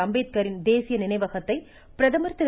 அம்பேத்கரின் தேசிய நினைவகத்தை பிரதமர் திரு